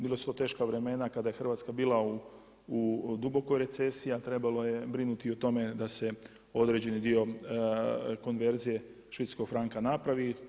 Bila su to teška vremena kada je Hrvatska bila u dubokoj recesiji, a trebalo je brinuti i o tome da se određeni dio konverzije švicarskog franka napravi.